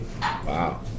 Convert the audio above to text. Wow